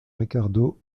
ricardo